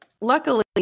luckily